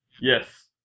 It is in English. Yes